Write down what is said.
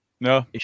No